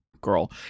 girl